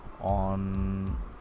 on